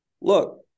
Look